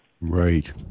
Right